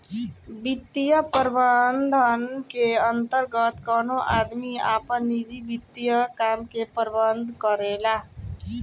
वित्तीय प्रबंधन के अंतर्गत कवनो आदमी आपन निजी वित्तीय काम के प्रबंधन करेला